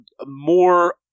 more